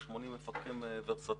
80 מפקחים ורסטיליים,